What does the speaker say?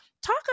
Talk